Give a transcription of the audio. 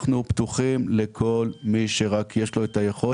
אנחנו פתוחים לכל מי שרק יש לו את היכולת.